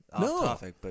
No